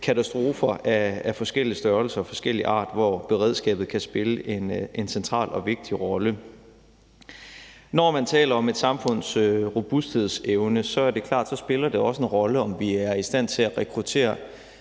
katastrofer af forskellig størrelse og forskellig art, hvor beredskabet kan spille en central og vigtig rolle. Når man taler om et samfunds robusthed og evne, er det også klart, at det spiller en rolle, om vi er i stand til at rekruttere